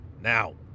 now